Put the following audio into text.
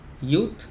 youth